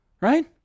Right